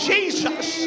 Jesus